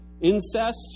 incest